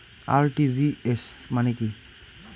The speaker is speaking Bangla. আর.টি.জি.এস মানে কি?